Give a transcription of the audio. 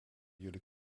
jullie